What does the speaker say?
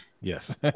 Yes